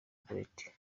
goretti